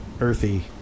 Earthy